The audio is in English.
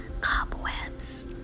cobwebs